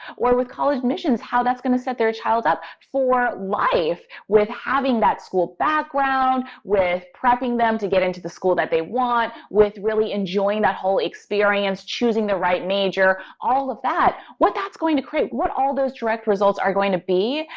or with college admissions, how that's going to set their child up for life with having that school background, with prepping them to get into the school that they want, with really enjoying that whole experience, choosing the right major, all of that, what that's going to create, what all those direct results are going to be,